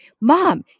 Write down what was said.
mom